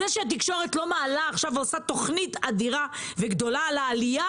זה שהתקשורת לא מעלה ועושה תכנית אדירה וגדולה לעלייה